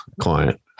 client